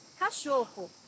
Cachorro